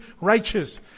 righteous